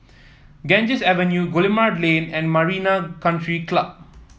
Ganges Avenue Guillemard Lane and Marina Country Club